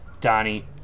Donnie